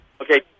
okay